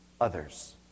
others